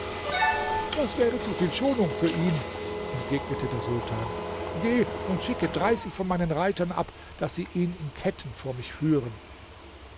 das wäre zu viele schonung für ihn entgegnete der sultan geh und schicke dreißig von meinen reitern ab daß sie ihn in ketten vor mich führen